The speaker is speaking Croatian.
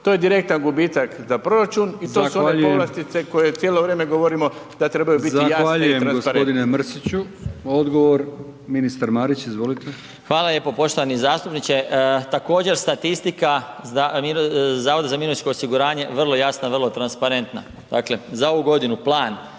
To je direktan gubitak za proračun i to su onda povlastice koje cijelo vrijeme govorimo da trebaju biti jasne i transparentne.